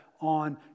on